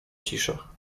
cisza